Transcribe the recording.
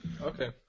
Okay